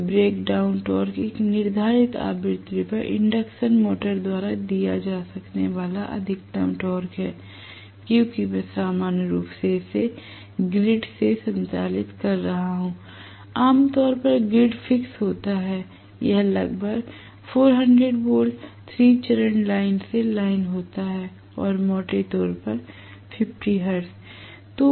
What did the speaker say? तो breakdown torque एक निर्धारित आवृत्ति पर इंडक्शन मोटर द्वारा दिया जा सकने वाला अधिकतम टॉर्क है क्योंकि मैं सामान्य रूप से इसे ग्रिड से संचालित कर रहा हूं आमतौर पर ग्रिड फिक्स होता है यह लगभग 400 वोल्ट 3 चरण लाइन से लाइन होगा और मोटे तौर पर 50 हर्ट्ज